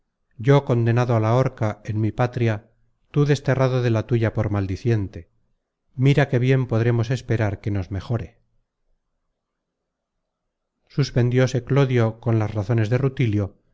yo condenado a la horca en mi patria tú desterrado de la tuya por maldiciente mira qué bien podremos esperar que nos mejore suspendiose clodio con las razones de rutilio